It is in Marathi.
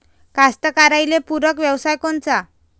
कास्तकाराइले पूरक व्यवसाय कोनचा?